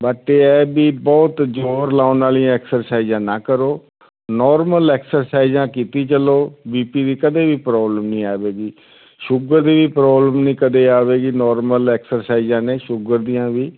but ਇਹ ਹੈ ਵੀ ਬਹੁਤ ਜ਼ੋਰ ਲਾਉਣ ਵਾਲੀ ਐਕਸਰਸਾਈਜ਼ਾਂ ਨਾ ਕਰੋ ਨੋਰਮਲ ਐਕਸਰਸਾਈਜ਼ਾਂ ਕਰੀ ਚਲੋ ਬੀ ਪੀ ਦੀ ਕਦੇ ਵੀ ਪ੍ਰੋਬਲਮ ਨਹੀਂ ਆਵੇਗੀ ਸ਼ੂਗਰ ਦੀ ਵੀ ਪ੍ਰੋਬਲਮ ਨਹੀਂ ਕਦੇ ਆਵੇਗੀ ਨੋਰਮਲ ਐਕਸਰਸਾਈਜ਼ਾਂ ਨੇ ਸ਼ੂਗਰ ਦੀਆਂ ਵੀ